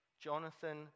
Jonathan